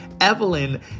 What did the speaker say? Evelyn